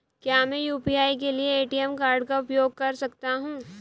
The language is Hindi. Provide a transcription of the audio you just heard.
क्या मैं यू.पी.आई के लिए ए.टी.एम कार्ड का उपयोग कर सकता हूँ?